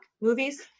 movies